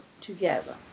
together